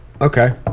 Okay